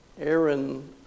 Aaron